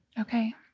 okay